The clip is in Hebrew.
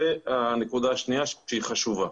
זו הנקודה השנייה שהיא חשובה.